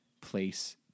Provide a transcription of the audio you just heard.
place